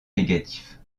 négatifs